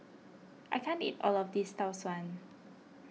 I can't eat all of this Tau Suan